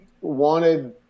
wanted –